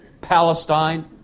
Palestine